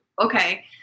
Okay